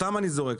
סתם אני זורק,